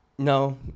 No